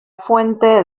fuente